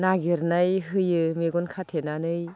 नागिरनाय होयो मेगन खाथेनानै